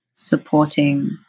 supporting